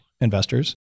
investors